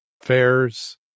fairs